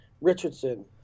Richardson